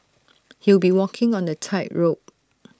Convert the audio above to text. he'll be walking on A tightrope